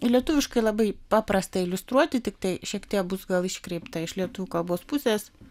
lietuviškai labai paprasta iliustruoti tiktai šiek tiek bus iškreipta iš lietuvių kalbos pusės